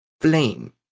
flame